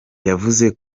yavuze